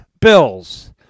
Bills